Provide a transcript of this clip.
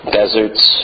deserts